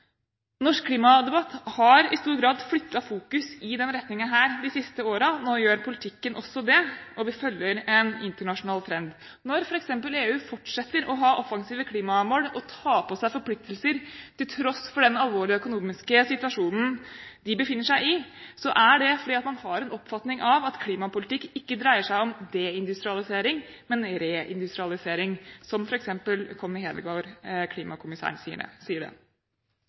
Norsk klimadebatt har i stor grad flyttet fokus i denne retningen de siste årene. Nå gjør også politikken det, og vi følger en internasjonal trend. Når f.eks. EU fortsetter å ha offensive klimamål og tar på seg forpliktelser, til tross for den alvorlige økonomiske situasjonen de befinner seg i, er det fordi man har en oppfatning av at klimapolitikk ikke dreier seg om deindustralisering, men reindustrialisering, som f.eks. Connie Hedegaard, klimakommisæren, sier det.